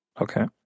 Okay